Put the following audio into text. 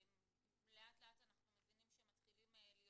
לאט לאט אנחנו מבינים שמתחילים להיות